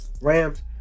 Rams